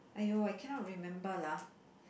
!aiyo! I cannot remember lah